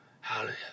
Hallelujah